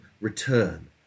return